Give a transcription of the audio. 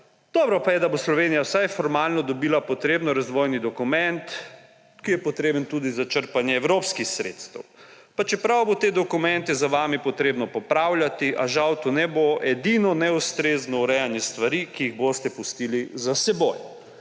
Dobro pa je, da bo Slovenija vsaj formalno dobila potreben razvojni dokument, ki je potreben tudi za črpanje evropskih sredstev, pa čeprav bo te dokumente za vami treba popravljati. A žal to ne bo edino neustrezno urejanje stvari, ki jih boste pustili za seboj.